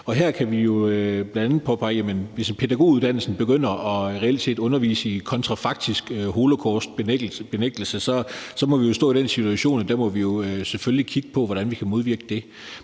på. Her kan vi jo bl.a. påpege, at hvis pædagoguddannelsen reelt set begynder at undervise i kontrafaktisk holocaustbenægtelse, må vi stå i den situation, at vi selvfølgelig må kigge på, hvordan vi kan modvirke det.